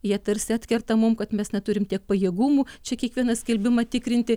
jie tarsi atkerta mums kad mes neturim tiek pajėgumų čia kiekvieną skelbimą tikrinti